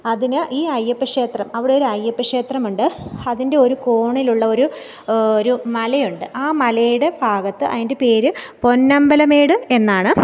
അതിന് ഈ അയ്യപ്പക്ഷേത്രം അവിടെ ഒരു അയ്യപ്പക്ഷേത്രം ഉണ്ട് അതിൻ്റെ ഒരു കോണിലുള്ള ഒരു ഒരു മലയുണ്ട് ആ മലയുടെ ഭാഗത്ത് അതിൻ്റെ പേര് പൊന്നമ്പലമേട് എന്നാണ്